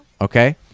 Okay